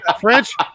French